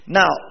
now